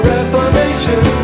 Reformation